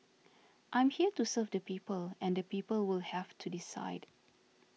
I'm here to serve the people and the people will have to decide